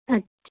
ਅੱਛਾ